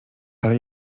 ale